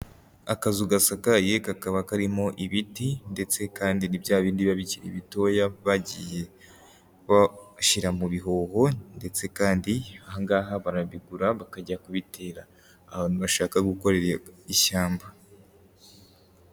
Akazu gasakaye kakaba karimo ibiti ndetse kandi ni bya bindi bikiri bitoya bagiye bashyira mu bihoho, ndetse kandi aha ngaha barabigura bakajya kubitera abantu bashaka gukorera ishyamba.